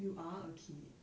you are a kid